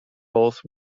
both